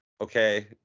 okay